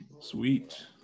Sweet